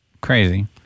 Crazy